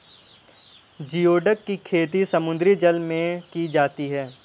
geoduck की खेती समुद्री जल में की जाती है